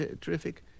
terrific